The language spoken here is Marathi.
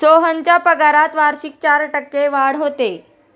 सोहनच्या पगारात वार्षिक चार टक्के वाढ होते